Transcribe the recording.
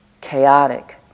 chaotic